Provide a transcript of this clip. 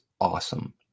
awesome